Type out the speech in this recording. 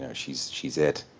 yeah she's she's it.